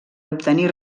obtenir